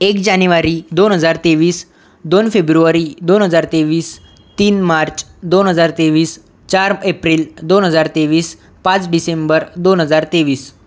एक जानेवारी दोन हजार तेवीस दोन फेब्रुवारी दोन हजार तेवीस तीन मार्च दोन हजार तेवीस चार एप्रिल दोन हजार तेवीस पाच डिसेंबर दोन हजार तेवीस